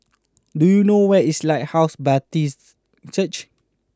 do you know where is Lighthouse Baptist Church